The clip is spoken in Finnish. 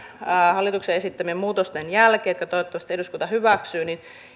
hallituksen esittämien muutosten jälkeen jotka toivottavasti eduskunta hyväksyy